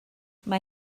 mae